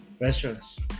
restaurants